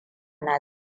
na